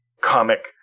comic